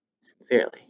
sincerely